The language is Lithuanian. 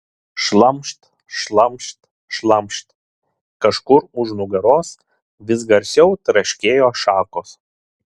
šlamšt šlamšt šlamšt kažkur už nugaros vis garsiau traškėjo šakos